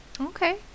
Okay